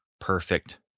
perfect